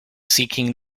seeking